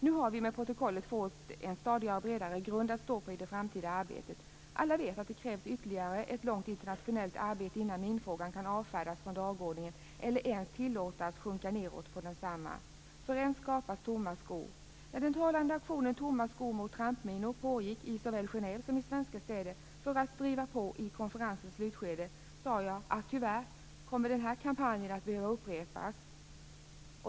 Nu har vi i och med protokollet fått en stadigare och bredare grund att stå på i det framtida arbetet. Alla vet att det krävs ytterligare internationellt arbete innan minfrågan kan avfärdas från dagordningen eller ens kan tillåtas flyttas nedåt på densamma. Än skapas tomma skor. När den talande aktionen Tomma skor mot trampminor pågick i såväl Genève som i svenska städer för att driva på i konferensens slutskede, sade jag att tyvärr skulle denna kampanj behöva upprepas.